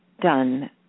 done